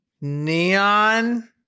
Neon